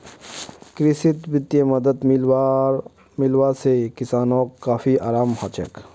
कृषित वित्तीय मदद मिलवा से किसानोंक काफी अराम हलछोक